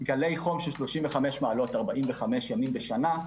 גלי חום של 35 מעלות 45 ימים בשנה,